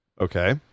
Okay